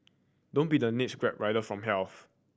don't be the next Grab rider from hells